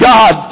God